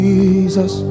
Jesus